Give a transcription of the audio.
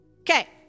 Okay